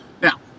now